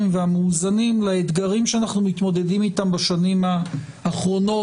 והמאוזנים לאתגרים שאנחנו מתמודדים איתם בשנים האחרונות.